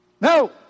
No